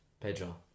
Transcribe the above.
Pedro